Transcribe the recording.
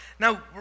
Now